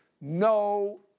No